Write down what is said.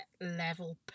level